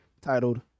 titled